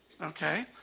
Okay